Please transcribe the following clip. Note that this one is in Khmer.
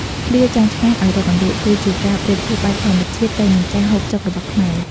ឃ្លា «ចង់ឆ្ងាញ់ឱ្យរកអន្លក់» គឺជាការប្រៀបធៀបបែបធម្មជាតិទៅនឹងការហូបចុករបស់ខ្មែរ។